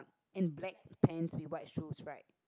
and black pants in white shoes right